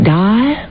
die